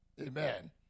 Amen